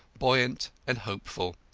buoyant, and hopeful.